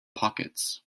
pockets